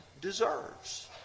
deserves